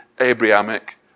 Abrahamic